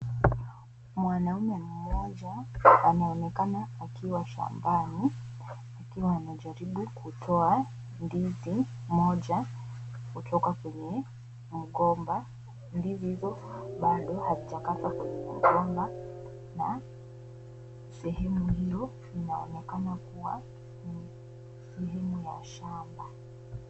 Mwanaume mmoja anaonekana akiwa shambani akiwa anajaribu kutoa ndizi mmoja kutoka kwenye mgomba , ndizi hizo hazijakapa kwenye mgomba sehemu hiyo inaonekana kuwa sehemu ya shamba.